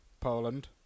Poland